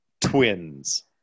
twins